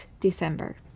December